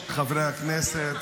חברי הכנסת,